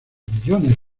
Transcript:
millones